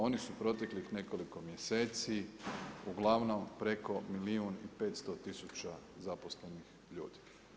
Oni su proteklih nekoliko mjeseci, ugl. preko milijun i 500 tisuća zaposlenih ljudi.